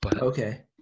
okay